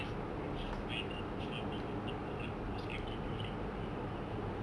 it gets approved where they do farming on top of like almost every building you know